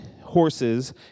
horses